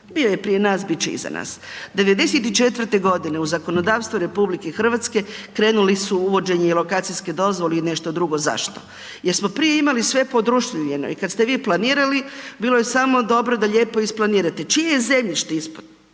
Bio je prije nas, bit će i iza nas. 94.-e godine u zakonodavstvu RH krenuli su uvođenje i lokacijske dozvole i nešto drugo. Zašto? Jer smo prije imali sve podruštvljeno i kad ste vi planirali, bilo je samo dobro da lijepo isplanirate. Čije je zemljište ispod,